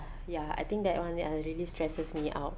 ya I think that [one] uh really stresses me out